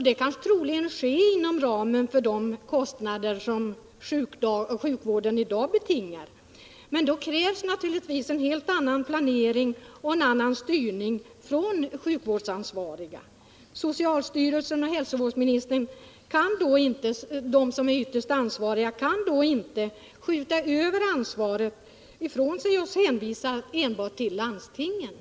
Det kan troligen ske inom ramen för de kostnader som sjukvården i dag har. Men då krävs naturligtvis en helt annan planering och en annan styrning från de sjukvårdsansvarigas sida. De ytterst ansvariga, dvs. socialstyrelsen och hälsovårdsministern, kan då inte skjuta över ansvaret på landstingen och enbart hänvisa till dem.